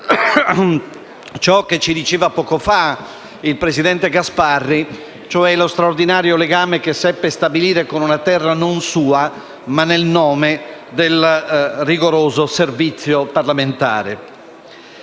ciò che ha detto poco fa lei, presidente Gasparri, e cioè lo straordinario legame che seppe stabilire con una terra non sua, nel nome del rigoroso servizio parlamentare.